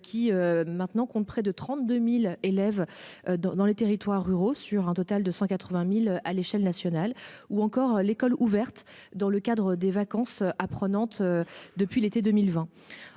Qui maintenant qu'on ne près de 32.000 élèves dans dans les territoires ruraux, sur un total de 180.000 à l'échelle nationale ou encore l'école ouverte dans le cadre des vacances ah prenante. Depuis l'été 2020.